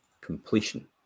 Completion